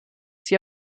sie